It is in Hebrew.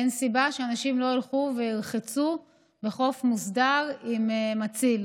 אין סיבה שאנשים לא ילכו וירחצו בחוף מוסדר עם מציל.